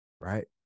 right